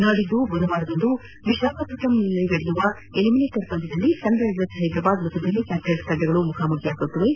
ನಾಡಿದ್ದು ಬುಧವಾರದಂದು ವಿಶಾಖಪಟ್ಟಣದಲ್ಲಿ ನಡೆಯಲಿರುವ ಎಲಿಮಿನೇಟರ್ ಪಂದ್ಯದಲ್ಲಿ ಸನ್ರೈಸರ್ಸ್ ಹೈದರಾಬಾದ್ ಮತ್ತು ಡೆಲ್ಲಿ ಕ್ಯಾಪಿಟಲ್ಸ್ ತಂಡಗಳು ಮುಖಾಮುಖಿಯಾಗಲಿವೆ